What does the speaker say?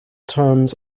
terms